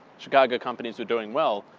chicago companies were doing well,